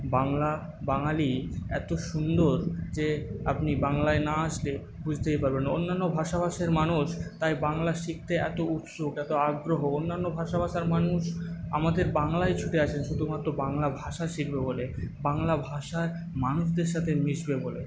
বাংলা বাঙালি এতো সুন্দর যে আপনি বাংলায় না আসলে বুঝতেই পারবেন না অন্যান্য ভাষাভাষীর মানুষ তাই বাংলা শিখতে এতো উৎসুক এতো আগ্রহ অন্যান্য ভাষাভাষীর মানুষ আমাদের বাংলায় ছুটে আসে শুধুমাত্র বাংলা ভাষা শিখবে বলে বাংলা ভাষার মানুষদের সাথে মিশবে বলে